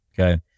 okay